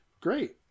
Great